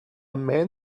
man